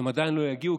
הן עדיין לא יגיעו,